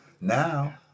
now